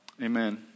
Amen